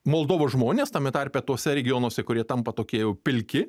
moldovos žmones tame tarpe tuose regionuose kurie tampa tokie jau pilki